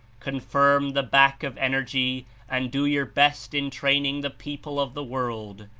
confirm the back of energy and do your best in training the people of the world.